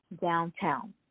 downtown